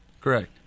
Correct